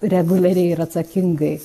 reguliariai ir atsakingai